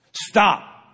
Stop